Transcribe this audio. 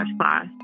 class